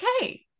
okay